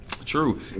True